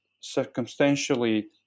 circumstantially